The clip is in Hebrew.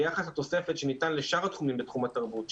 ביחס לתוספת שניתנה לשאר התחומים בתחום התרבות,